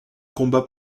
combat